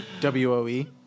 W-O-E